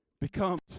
becomes